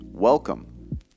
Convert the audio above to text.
Welcome